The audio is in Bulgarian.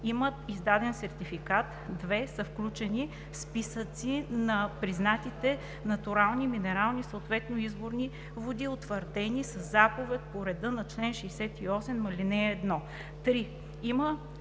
имат издаден сертификат; 2. са включени в списъци на признатите натурални минерални, съответно изворни води, утвърдени със заповед по реда на чл. 68, ал. 1; 3. има